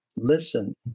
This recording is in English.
Listen